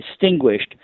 distinguished